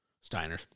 Steiner